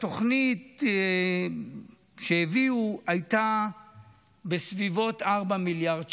התוכנית שהביאו הייתה בסביבות 4 מיליארד שקל,